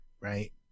right